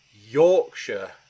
Yorkshire